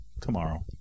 tomorrow